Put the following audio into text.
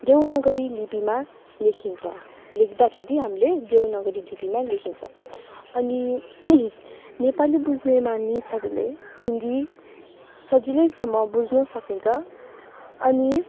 देवनागरी लिपीमा लेखिन्छ लेख्दाखेरि हामीले देवनागरी लिपीमा लेखिन्छ अनि नेपाली बुझ्ने मानिसहरूले हिन्दी सजिलैसम्म बुझ्न सकिन्छ अनि